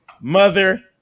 mother